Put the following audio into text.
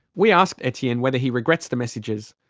we asked etienne whether he regrets the messages.